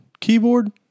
keyboard